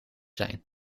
zijn